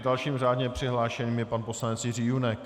Dalším řádně přihlášeným je pan poslanec Jiří Junek.